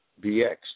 BX